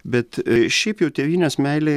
bet šiaip jau tėvynės meilė